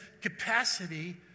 capacity